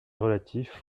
relatif